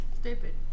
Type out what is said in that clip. Stupid